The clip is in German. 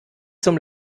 zum